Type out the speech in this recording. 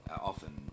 often